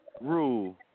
rule